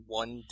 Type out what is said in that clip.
one